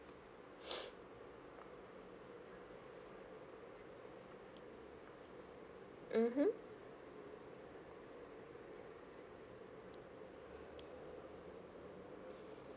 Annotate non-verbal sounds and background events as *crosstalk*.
*breath* mmhmm